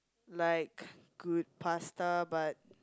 like good pasta but